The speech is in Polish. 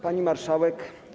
Pani Marszałek!